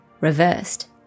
reversed